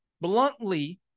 bluntly